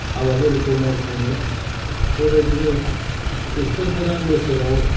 हाबाफारिखौ मावफुङो बेबादिनो ख्रिस्टानफोरा बोसोराव